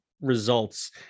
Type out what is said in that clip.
results